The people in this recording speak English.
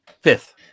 fifth